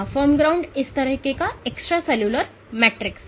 firm ground इस तरह का एक्स्ट्रासेल्यूलर मैट्रिक्स है